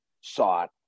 sought